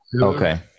Okay